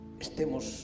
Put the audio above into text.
estemos